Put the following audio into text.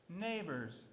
neighbors